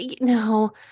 no